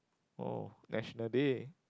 oh National Day